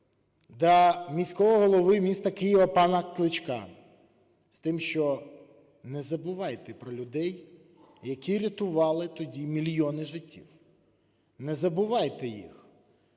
до міського голови міста Києва пана Кличка з тим, що не забувайте про людей, які рятували тоді мільйони життів. Не забувайте їх.